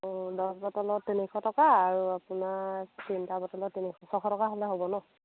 অঁ দছ বটলত তিনিশ টকা আৰু আপোনাৰ তিনিটা বটলত তিনিশ ছশ টকা হ'লে হ'ব নহ্